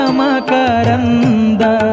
makaranda